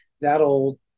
that'll